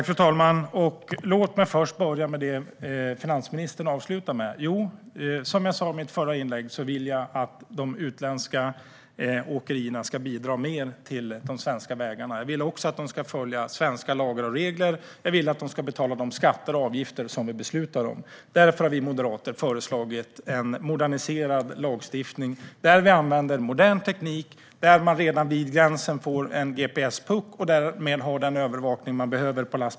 Fru talman! Låt mig först börja med det som finansministern avslutade med. Som jag sa i mitt förra inlägg vill jag att de utländska åkerierna ska bidra mer till de svenska vägarna. Jag vill också att de ska följa svenska lagar och regler och betala de skatter och avgifter som är beslutade. Därför har vi moderater föreslagit en moderniserad lagstiftning där vi använder modern teknik. Redan vid gränsen bör man få en gps-puck som sköter den övervakning som behövs.